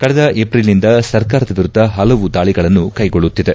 ಕಳೆದ ಏಪ್ರಿಲ್ನಿಂದ ಸರ್ಕಾರದ ವಿರುದ್ಧ ಪಲವು ದಾಳಿಗಳನ್ನು ಕೈಗೊಳ್ಳುತ್ತಿದೆ